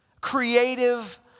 creative